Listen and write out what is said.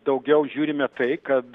daugiau žiūrime tai kad